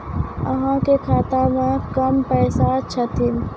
अहाँ के खाता मे कम पैसा छथिन?